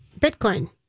Bitcoin